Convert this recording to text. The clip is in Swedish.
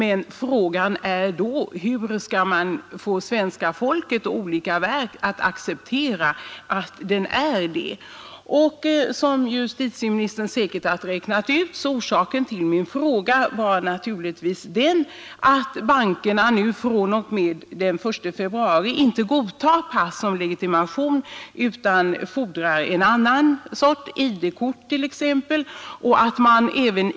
Då uppstår frågan hur man skall få svenska folket och olika verk att acceptera passet som legitimationshandling. Orsaken till min fråga är att bankerna från och med den 1 februari inte längre godtar pass som legitimationshandling utan kräver särskilda ID-kort.